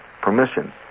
permission